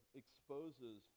exposes